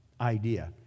idea